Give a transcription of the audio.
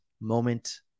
moment